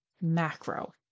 macro